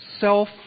self